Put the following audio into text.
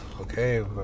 okay